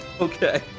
Okay